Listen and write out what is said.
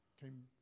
came